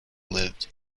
lived